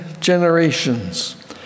generations